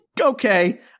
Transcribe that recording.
Okay